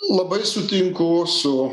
labai sutinku su